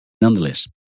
Nonetheless